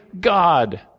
God